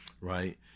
right